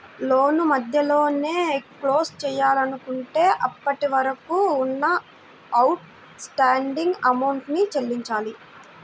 లోను మధ్యలోనే క్లోజ్ చేసుకోవాలంటే అప్పటివరకు ఉన్న అవుట్ స్టాండింగ్ అమౌంట్ ని చెల్లించాలి